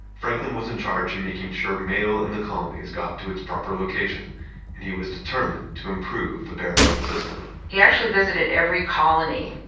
franklin was in charge of and making sure mail in the colonies got to its proper location and he was determined to improve the barebone system he actually visited every colony.